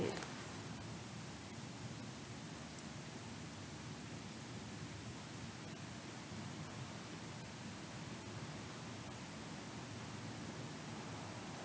it